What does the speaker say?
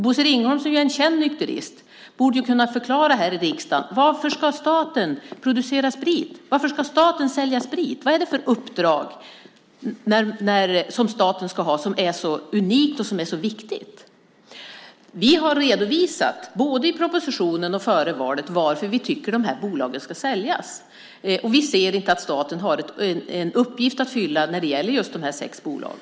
Bosse Ringholm som är en känd nykterist borde kunna förklara här i riksdagen varför staten ska producera sprit. Varför ska staten sälja sprit? Vad är det för uppdrag som staten ska ha som är så unikt och så viktigt? Vi har redovisat, både i propositionen och före valet, varför vi tycker att dessa bolag ska säljas. Vi ser inte att staten har en uppgift att fylla när det gäller just dessa sex bolag.